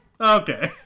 Okay